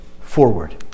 forward